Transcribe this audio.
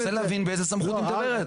אני מנסה להבין באיזה סמכות היא מדברת.